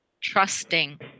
trusting